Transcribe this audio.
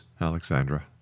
Alexandra